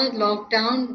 lockdown